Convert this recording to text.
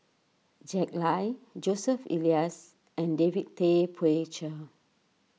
Jack Lai Joseph Elias and David Tay Poey Cher